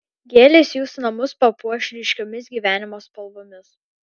gėlės jūsų namus papuoš ryškiomis gyvenimo spalvomis